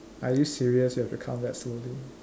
are you serious you have to count that slowly